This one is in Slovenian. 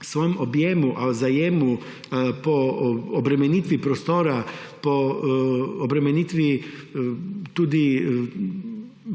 svojem zajemu, po obremenitvi prostora, po obremenitvi tudi